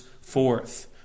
forth